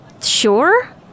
sure